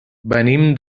venim